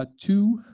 ah two,